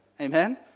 Amen